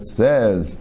says